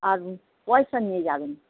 আর পয়সা নিয়ে যাবেন